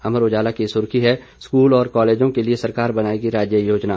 अमर उजाला की सुर्खी है स्कूल और कालेजों के लिए सरकार बनाएगी राज्य योजना